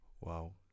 Wow